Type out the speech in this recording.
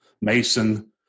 Mason